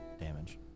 damage